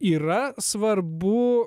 yra svarbu